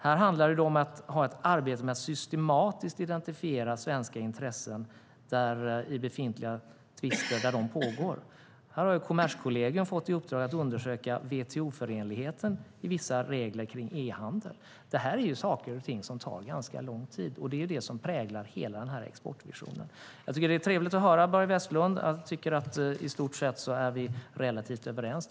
Här handlar det om ett arbete med att systematiskt identifiera svenska intressen i tvister som pågår. Här har Kommerskollegium fått i uppdrag att undersöka WTO-förenligheten i vissa regler kring e-handel. Det här är ju saker och ting som tar ganska lång tid, och det är det som präglar hela den här exportvisionen. Jag tycker att det är trevligt att höra, Börje Vestlund, att du tycker att vi i stort sett är överens.